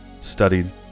studied